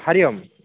हरिः ओम्